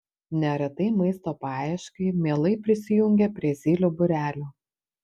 neretai maisto paieškai mielai prisijungia prie zylių būrelių